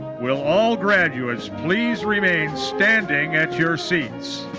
will all graduates please remain standing at your seats.